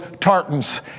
tartans